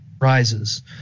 rises